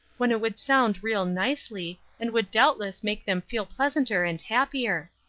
when it would sound real nicely, and would doubtless make them feel pleasanter and happier.